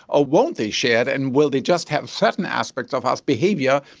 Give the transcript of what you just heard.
ah won't they share it, and will they just have certain aspects of us, behaviour,